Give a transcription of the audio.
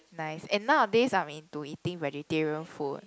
nice and nowadays I'm into eating vegetarian food